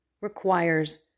requires